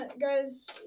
guys